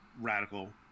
radical